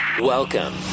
Welcome